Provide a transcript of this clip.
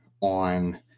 on